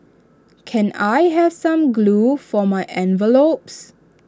can I have some glue for my envelopes